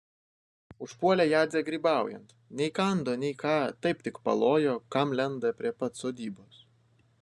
užpuolė jadzę grybaujant nei kando nei ką taip tik palojo kam lenda prie pat sodybos